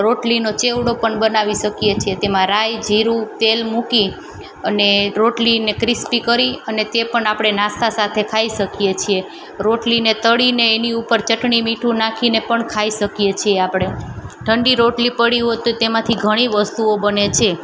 રોટલીનો ચેવડો પણ બનાવી સકીએ છીએ તેમાં રાઈ જીરું તેલ મૂકી અને રોટલીને ક્રિસ્પી કરી અને તે પણ આપણે નાસ્તા સાથે ખાઈ શકીએ છીએ રોટલીને તળીને એની ઉપર ચટણી મીઠું નાખીને પણ ખાઈ શકીએ છીએ આપણે ઠંડી રોટલી પડી હોય તો તેમાંથી ઘણી વસ્તુઓ બને છે